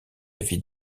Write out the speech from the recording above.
vis